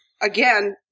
again